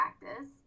practice